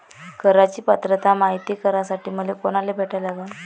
कराच पात्रता मायती करासाठी मले कोनाले भेटा लागन?